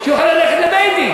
היא יכולה ללכת לבית-דין.